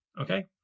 okay